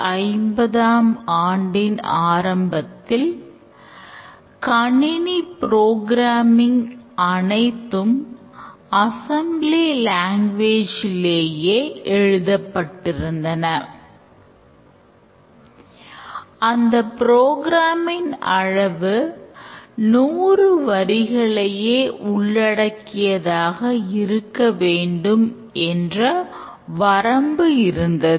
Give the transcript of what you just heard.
1950ம் ஆண்டின் ஆரம்பத்தில் கணினி ப்ரோக்ராமிங் ன் அளவு 100 வரிகளையே உள்ளடக்கியதாக இருக்க வேண்டும் என்ற வரம்பு இருந்தது